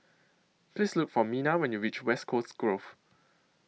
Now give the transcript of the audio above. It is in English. Please Look For Minna when YOU REACH West Coast Grove